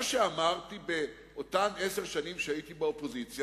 מה שאמרתי באותן עשר שנים שאמרתי באופוזיציה,